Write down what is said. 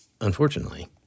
unfortunately